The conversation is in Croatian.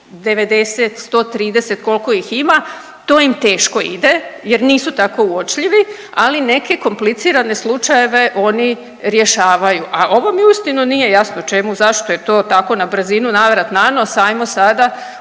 90, 130 koliko ih ima, to im teško ide jer nisu tako uočljivi. Ali neke komplicirane slučajeve oni rješavaju. A ovo mi uistinu nije jasno čemu, zašto je to tako na brzinu, na vrat, na nos hajmo sada